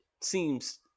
seems